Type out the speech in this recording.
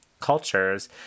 cultures